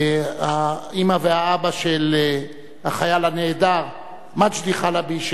האמא והאבא של החייל הנעדר מג'די חלבי,